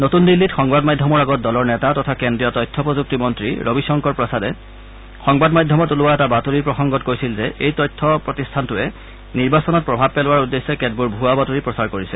নতুন দিল্লীত সংবাদ মাধ্যমৰ আগত দলৰ নেতা তথা কেন্দ্ৰীয় তথ্যপ্ৰযুক্তি মন্ত্ৰী ৰবিশংকৰ প্ৰসাদে সংবাদ মাধ্যমত ওলোৱা এটা বাতৰিৰ প্ৰসংগত কৈছিল যে এই তথ্য প্ৰতিষ্ঠানটোৱে নিৰ্বাচনত প্ৰভাৱ পেলোৱাৰ উদ্দেশ্যে কেতবোৰ ভূৱা বাতৰি প্ৰচাৰ কৰিছে